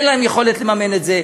אין להם יכולת לממן את זה,